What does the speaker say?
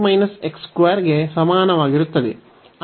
y 4 ಗೆ ಸಮಾನವಾಗಿರುತ್ತದೆ